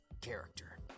character